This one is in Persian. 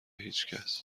هیچکس